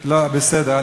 לא, בסדר.